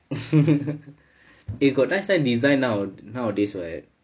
eh professonial desginer know all this [what]